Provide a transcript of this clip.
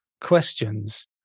questions